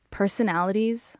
personalities